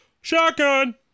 shotgun